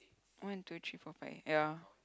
one two three four five ya